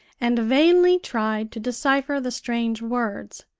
and vainly tried to decipher the strange words.